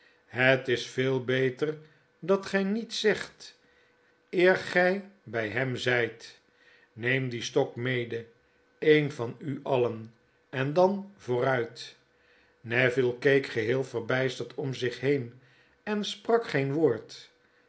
het is veel beter dat gjj niets zegt eer gy by hemzyt tm neem dien stok mede een van u alien en dan vooruit neville keek geheel verbysterd om zich heen en sprak geen woord